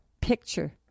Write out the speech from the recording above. picture